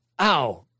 ow